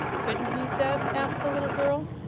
couldn't you, zeb? asked the little girl.